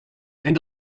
and